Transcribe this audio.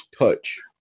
touch